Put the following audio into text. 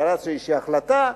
דרש איזו החלטה,